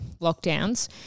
lockdowns